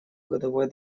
годовой